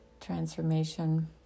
transformation